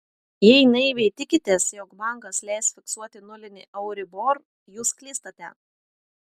jei naiviai tikitės jog bankas leis fiksuoti nulinį euribor jūs klystate